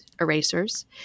erasers